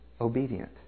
obedient